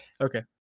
okay